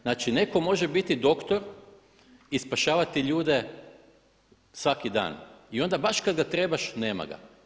Znači, netko može biti doktor i spašavati ljude svaki dan i onda baš kad ga trebaš nema ga.